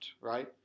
right